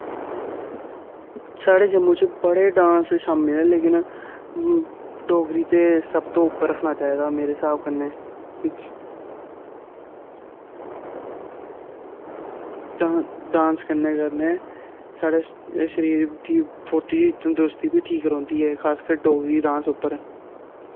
साढ़े जम्मू च बड़े डांस शामिल ऐ लेकिन डोगरी ते सब तो उप्पर रक्खना चाहिदा मेरे स्हाब कन्नै क्योंकि डा डांस करने कन्नै साढ़े शरीर दी फुर्ती तंदरुस्ती बी ठीक रौंह्दी ऐ खासकर डोगरी डांस उप्पर